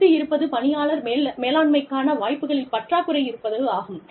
அடுத்து இருப்பது பணியாளர் மேலாண்மைக்கான வாய்ப்புகளில் பற்றாக்குறை இருப்பதாகும்